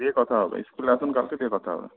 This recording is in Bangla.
গিয়ে কথা হবে স্কুলে আসুন কালকে গিয়ে কথা হবে